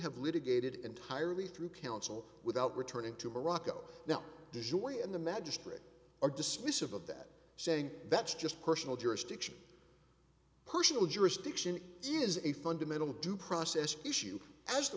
have litigated entirely through counsel without returning to morocco now does your way in the magistrate or dismissive of that saying that's just personal jurisdiction personal jurisdiction is a fundamental due process issue as t